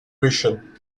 russian